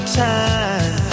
time